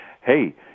hey